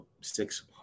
six